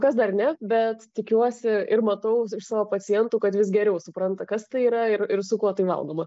kas dar ne bet tikiuosi ir matau iš savo pacientų kad vis geriau supranta kas tai yra ir ir su kuo tai valgoma